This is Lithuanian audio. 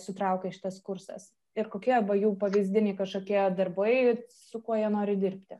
sutraukė šitas kursas ir kokie va jų pavyzdiniai kažkokie darbai su kuo jie nori dirbti